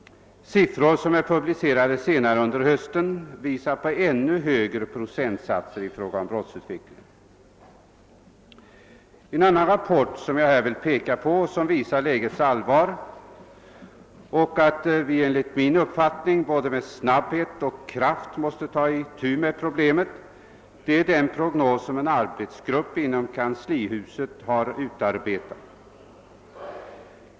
Siffror som publicerats senare under hösten visar ännu högre procentsatser för brottsutvecklingen. En annan rapport, som visar lägets allvar och styrker mig i min uppfattning att vi med både snabbhet och kraft måste ta itu med problemet, är den prognos som en arbetsgrupp inom kanslihuset har utarbetat.